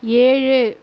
ஏழு